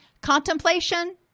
Contemplation